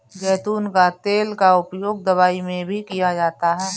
ज़ैतून का तेल का उपयोग दवाई में भी किया जाता है